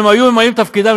אם היו ממלאים את תפקידם,